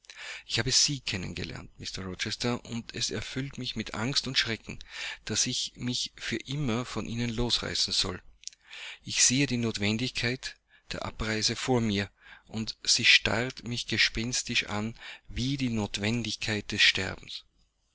ich habe sie kennen gelernt mr rochester und es erfüllt mich mit angst und schrecken daß ich mich für immer von ihnen losreißen soll ich sehe die notwendigkeit der abreise vor mir und sie starrt mich gespenstisch an wie die notwendigkeit des sterbens